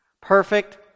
Perfect